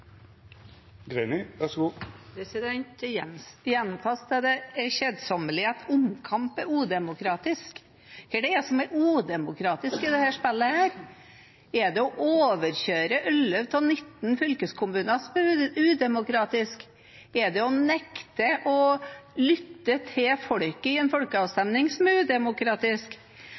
gjentas til det kjedsommelige at omkamp er udemokratisk. Hva er udemokratisk i dette spillet? Er det å overkjøre 11 av 19 fylkeskommuner som er udemokratisk? Er det å nekte å lytte til folket i en folkeavstemning som er udemokratisk?